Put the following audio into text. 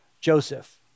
Joseph